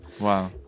Wow